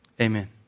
Amen